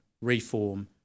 reform